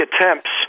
attempts